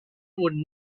would